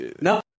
No